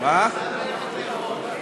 אני רוצה ללכת לאכול.